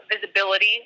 visibility